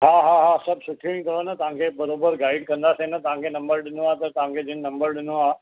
हा हा हा सभु सुठो ई अथव न तव्हां खे बराबर गाइड कंदासीं तव्हां खे नंबरु ॾिनो आहे त तव्हां खे जिनि नंबरु ॾिनो आहे